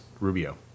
Rubio